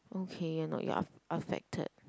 okay you are not you are are affected